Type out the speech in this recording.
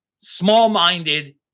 small-minded